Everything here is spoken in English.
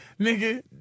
nigga